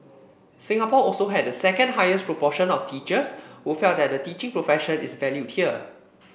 Singapore also had the second highest proportion of teachers who felt that the teaching profession is valued here